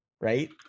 right